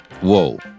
Whoa